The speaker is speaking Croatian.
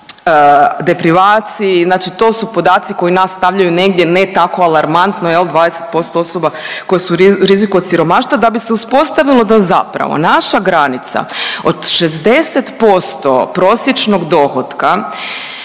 deprivaciji, znači to su podaci koji nas stavljaju negdje ne tako alarmantno jel 20% osoba koje su u riziku od siromaštva da bi se uspostavilo da zapravo naša granica od 60% prosječnog dohotka